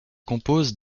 compose